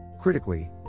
Critically